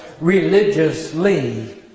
religiously